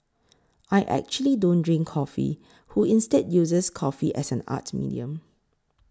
I actually don't drink coffee who instead uses coffee as an art medium